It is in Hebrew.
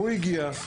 והוא הגיע.